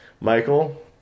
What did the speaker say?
Michael